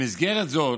במסגרת זו